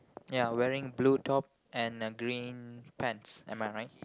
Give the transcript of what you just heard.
ya wearing blue top and a green pants am I right